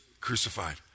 crucified